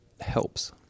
helps